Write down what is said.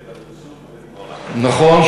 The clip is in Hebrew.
נכון,